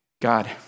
God